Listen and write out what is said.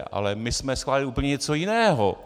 Ale my jsme schválili úplně něco jiného.